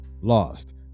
lost